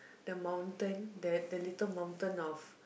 the mountain the little mountain of